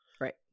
right